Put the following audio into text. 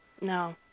no